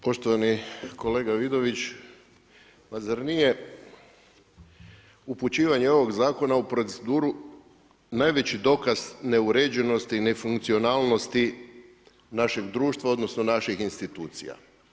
Poštovani kolega Vidović, pa zar nije upućivanje ovog zakona u proceduru najveći dokaz neuređenosti, nefunkcionalnosti našeg društva odnosno naših institucija?